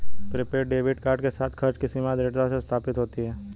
prepaid debit card के साथ, खर्च की सीमा दृढ़ता से स्थापित होती है